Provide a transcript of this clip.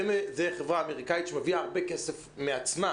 זו חברה אמריקאית מביאה הרבה כסף מעצמה